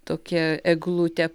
tokia eglutė